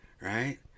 Right